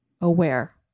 aware